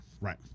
Right